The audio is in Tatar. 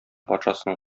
патшасының